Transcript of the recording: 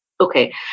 Okay